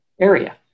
area